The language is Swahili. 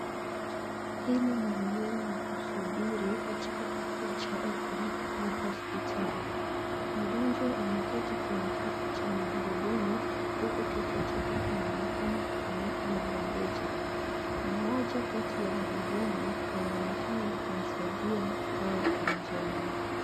Hili ni eneo la kusubiri katika kituo cha afya au hospitali. Mgonjwa ameketi kwenye kiti cha magurudumu huku kichwa chake kinaonekana kufunikwa na bandeji. Mmoja kati ya wahudumu anaonekana kumsaidia au kumjali.